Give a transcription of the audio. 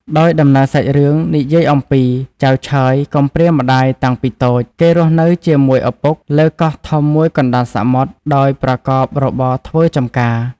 ដោយដំណើរសាច់រឿងនិយាយអំពី ចៅឆើយកំព្រាម្តាយតាំងពីតូច គេរស់នៅជាមួយឪពុក លើកោះធំមួយកណ្តាលសមុទ្រ ដោយប្រកបរបរធ្វើចំការ ។